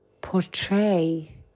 portray